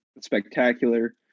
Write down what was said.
spectacular